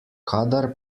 kadar